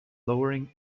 lowering